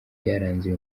byaranze